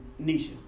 Nisha